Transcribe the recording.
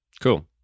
Cool